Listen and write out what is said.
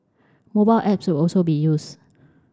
mobile apps will also be used